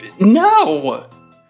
No